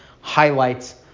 highlights